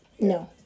No